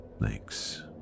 Thanks